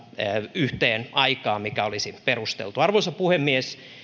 yhteen aikaan mikä olisi perusteltua arvoisa puhemies